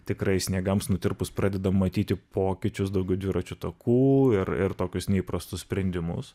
tikrai sniegams nutirpus pradedam matyti pokyčius daugiau dviračių takų ir ir tokius neįprastus sprendimus